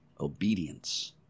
Obedience